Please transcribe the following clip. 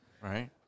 Right